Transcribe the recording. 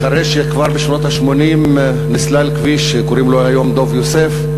אחרי שכבר בשנות ה-80 נסלל כביש שקוראים לו היום דב יוסף,